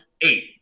eight